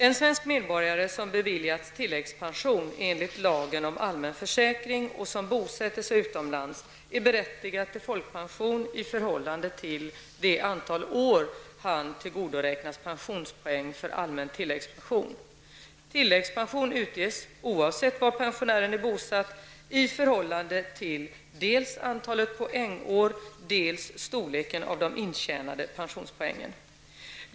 En svensk medborgare som beviljats tilläggspension enligt lagen om allmän försäkring och som bosätter sig utomlands är berättigad till folkpension i förhållande till det antal år han tillgodoräknats pensionspoäng för allmän tilläggspension. Tilläggspension utges, oavsett var pensionären är bosatt, i förhållande till dels antalet poängår, dels storleken av de intjänade pensionspoängen.